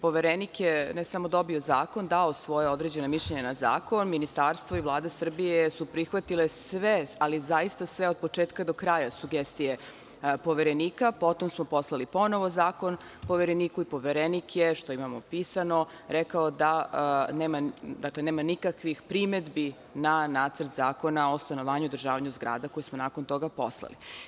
Poverenik je, ne samo dobio zakon, dao svoje određeno mišljenje na zakon, Ministarstvo i Vlada Srbije su prihvatile sve, ali zaista sve, od početka do kraja, sugestije poverenika, potom smo poslali ponovo zakon povereniku i poverenik je, što imamo pisano, rekao da nema nikakvih primedbi na Nacrt zakona o stanovanju i održavanju zgrada koji smo nakon toga poslali.